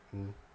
mm